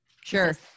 Sure